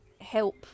help